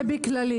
זה בכללי.